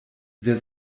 wer